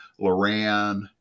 Loran